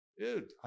Dude